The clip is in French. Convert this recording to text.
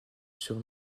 sur